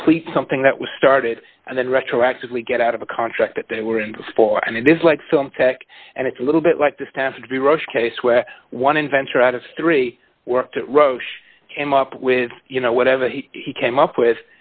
complete something that was started and then retroactively get out of the contract that they were in before and it is like film tech and it's a little bit like the staff to be rushed case where one inventor out of three worked at roche came up with you know whatever he came up with